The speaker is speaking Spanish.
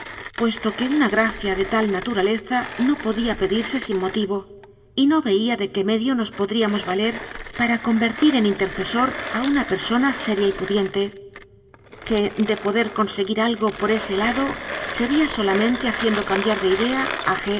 puesto que una gracia de tal naturaleza no podía pedirse sin mo tivo y no veía de qué medio nos podríamos valer para convertir en intercesor a una persona seria y pudiente que de poder conseguir algo por ese lado sería solamente haciendo cambiar de idea a